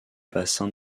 bassin